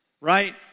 right